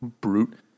brute